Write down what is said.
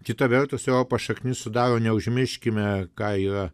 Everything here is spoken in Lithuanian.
kita vertus europos šaknis sudaro neužmirškime ką yra